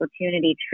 opportunity